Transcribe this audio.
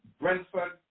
Brentford